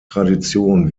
tradition